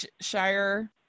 Shire